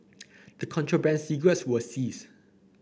the contraband cigarettes were seized